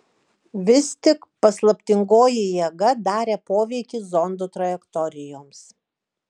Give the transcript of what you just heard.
vis tik paslaptingoji jėga darė poveikį zondų trajektorijoms